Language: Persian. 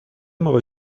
موقع